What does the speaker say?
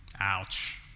Ouch